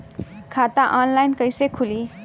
खाता ऑनलाइन कइसे खुली?